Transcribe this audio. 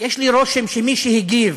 יש לי רושם שמי שהגיב,